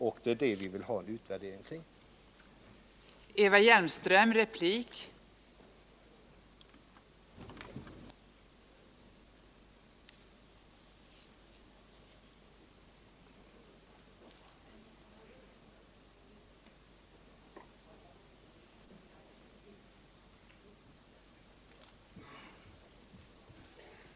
Och det är detta vi vill ha en utvärdering av.